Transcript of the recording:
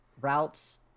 routes